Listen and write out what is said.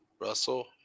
Russell